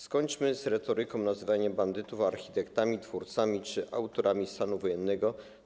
Skończmy z retoryką nazywania bandytów architektami, twórcami czy autorami stanu wojennego.